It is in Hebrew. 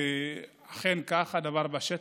אכן כך הדבר בשטח.